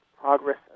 progress